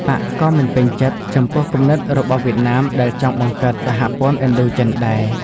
បក្សក៏មិនពេញចិត្ត ចំពោះគំនិតរបស់វៀតណាមដែលចង់បង្កើតសហព័ន្ធឥណ្ឌូចិនដែរ។